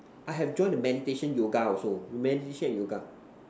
I have joined a meditation yoga also you meditation and yoga